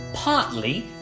Partly